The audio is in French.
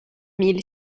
mille